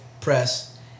press